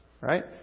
right